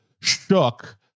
shook